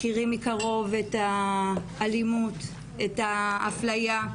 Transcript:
מכירים מקרוב את האלימות, את האפליה,